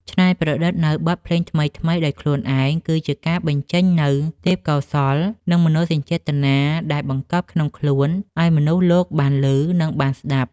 ច្នៃប្រឌិតនូវបទភ្លេងថ្មីៗដោយខ្លួនឯងគឺជាការបញ្ចេញនូវទេពកោសល្យ និងមនោសញ្ចេតនាដែលបង្កប់ក្នុងខ្លួនឱ្យមនុស្សលោកបានឮ និងបានស្គាល់។